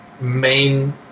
main